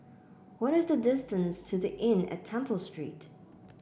what is the distance to The Inn at Temple Street